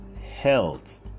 health